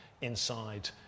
inside